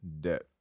debt